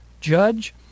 Judge